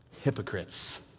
hypocrites